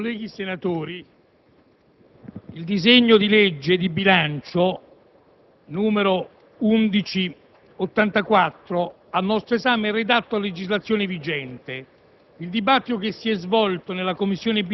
colleghi senatori, il disegno di legge di bilancio n. 1184 al nostro esame è redatto a legislazione vigente.